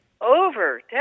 Over